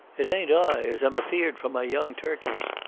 it ain't i as am afeard for my young turkeys.